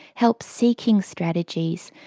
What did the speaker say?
help-seeking strategies,